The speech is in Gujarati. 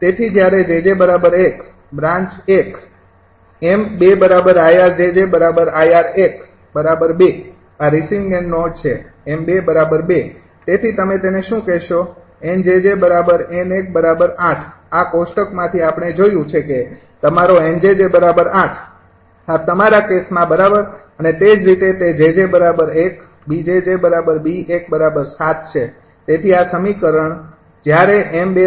તેથી જ્યારે 𝑗𝑗૧ બ્રાન્ચ ૧ 𝑚૨𝐼𝑅𝑗𝑗𝐼𝑅૧૨ આ રીસીવિંગ એન્ડ નોડ છે 𝑚૨૨ તેથી તમે તેને શું કહેશો N𝑗𝑗𝑁૧૮ આ કોષ્ટકમાંથી આપણે જોયું છે કે તમારો 𝑁 Case 𝑁𝑗𝑗૮ આ તમારા કેસમાં બરાબર અને તે જ રીતે તે 𝑗𝑗૧ 𝐵𝑗𝑗𝐵૧૭ છે